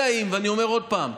אלא אם, ואני אומר עוד פעם: